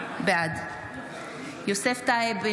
בעד יוסף טייב,